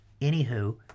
Anywho